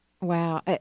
Wow